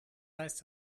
heißt